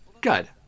Good